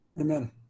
Amen